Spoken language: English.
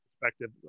perspective